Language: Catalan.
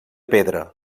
pedra